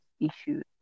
issues